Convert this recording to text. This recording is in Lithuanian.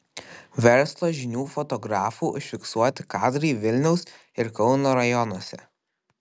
verslo žinių fotografų užfiksuoti kadrai vilniaus ir kauno rajonuose